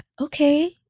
okay